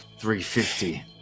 350